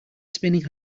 spinning